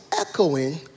echoing